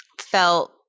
felt